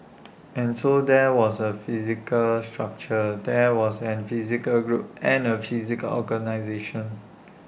and so there was A physical structure there was an physical group and A physical organisation